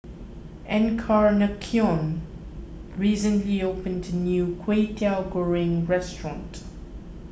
Encarnacion recently opened a new Kwetiau Goreng restaurant